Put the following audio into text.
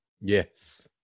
Yes